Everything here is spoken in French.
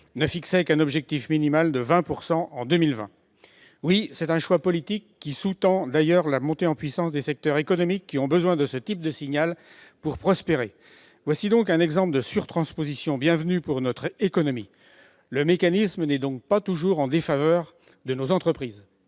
ne fixait qu'un objectif minimal de 20 % en 2020. Oui, c'est un choix politique, qui sous-tend d'ailleurs la montée en puissance de secteurs économiques qui ont besoin de ce type de signal pour prospérer ! Voilà un exemple de surtransposition bienvenue pour notre économie ! Le mécanisme n'est donc pas toujours en défaveur de nos entreprises.